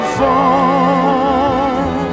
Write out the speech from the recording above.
fall